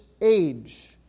age